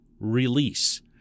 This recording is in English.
release